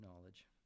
knowledge